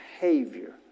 behavior